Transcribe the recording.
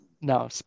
no